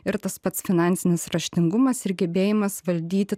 ir tas pats finansinis raštingumas ir gebėjimas valdyti